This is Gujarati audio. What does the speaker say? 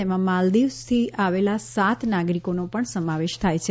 તેમાં માલ્દીવ્સથી આવેલા સાત નાગરિકોનો પણ સમાવેશ થાય છે